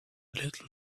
little